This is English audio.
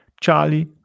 Charlie